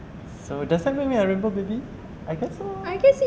so does that make me a rainbow baby I guess so